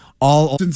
all-